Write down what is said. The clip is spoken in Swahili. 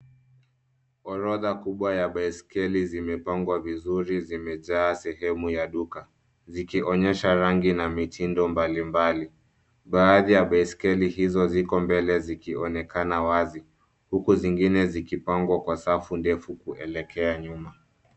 Orodha kubwa ya baisikeli zimepangwa vizuri, zimejaa sehemu ya duka zikionyesha rangi na mitindo mbalimbali. Baadhi ya baisikeli hizo ziko mbele zikionekana wazi huku zingine zikipangwa kwa safu ndefu kuelekea nyuma.